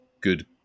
good